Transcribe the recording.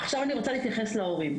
עכשיו אני רוצה להתייחס להורים.